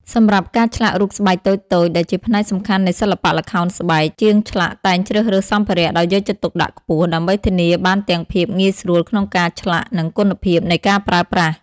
សម្រាប់ការឆ្លាក់រូបស្បែកតូចៗ ដែលជាផ្នែកសំខាន់នៃសិល្បៈល្ខោនស្បែក ជាងឆ្លាក់តែងជ្រើសរើសសម្ភារៈដោយយកចិត្តទុកដាក់ខ្ពស់ ដើម្បីធានាបានទាំងភាពងាយស្រួលក្នុងការឆ្លាក់ និងគុណភាពនៃការប្រើប្រាស់។